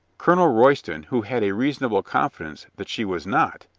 colonel royston, who had a reasonable confidence that she was not,